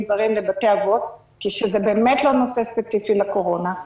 זרים לבתי האבות כי זה באמת לא נושא ספציפי לקורונה.